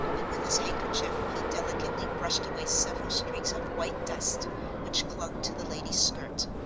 and with his handkerchief he delicately brushed away several streaks of white dust which clung to the lady's skirt.